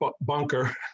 bunker